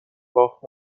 باخت